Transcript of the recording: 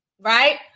Right